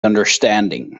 understanding